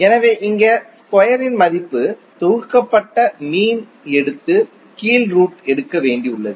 எனவே இங்கே ஸ்கொயரின் மதிப்பு தொகுக்கப்பட்டு மீன் எடுத்து கீழ் ரூட் எடுக்க வேண்டியுள்ளது